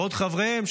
בעוד חבריהם,